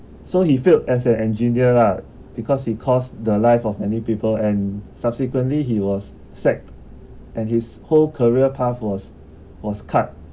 so he failed as an engineer lah because he caused the lives of many people and subsequently he was sad and his whole career path was was cut